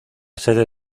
sede